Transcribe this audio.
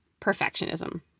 perfectionism